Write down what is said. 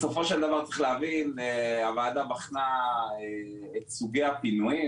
בסופו של דבר צריך להבין והוועדה בחנה סוגי הפינויים,